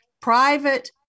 private